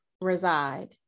reside